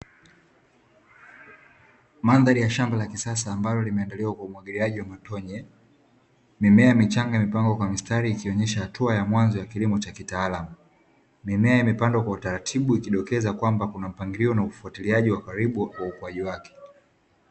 Mandhari ya shamba la kisasa ambalo limeandaliwa kwa umwagiliaji wa matone, mimea michanga imepangwa kwa mistari ikionyesha hatua ya mwanzo ya kilimo cha kitaalamu, mimea imepandwa kwa utaratibu ikidokeza kwamba kuna mpangilio na ufuatiliaji wa karibu wa ukuaji wake.